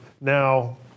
now